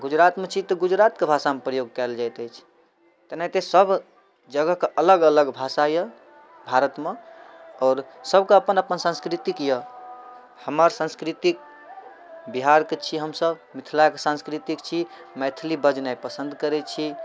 गुजरात मे छी तऽ गुजरातके भाषामे प्रयोग कएल जाइत अछि तेनाहिते सब जगहके अलग अलग भाषा यऽ भारतमे आओर सबके अपन अपन सँस्कृतिक य हमर सँस्कृति बिहार के छी हम सब मिथिला के सँस्कृतिक छी मैथिली बजनाइ पसन्द करै छी